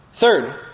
Third